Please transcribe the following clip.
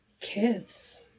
kids